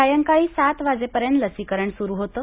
सायंकाळी सात वाजेपर्यंत लसीकरण सुरू होतं